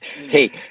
Hey